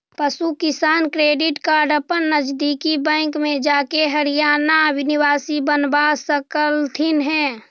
पशु किसान credit card अपन नजदीकी बैंक में जाके हरियाणा निवासी बनवा सकलथीन हे